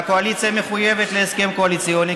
והקואליציה מחויבת להסכם קואליציוני,